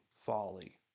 folly